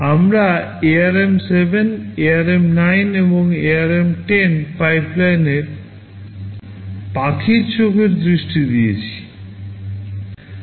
আমরা ARM 7 ARM 9 এবং ARM 10 পাইপলাইনের পাখির চোখের দৃষ্টি দিয়েছি